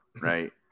right